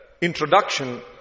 introduction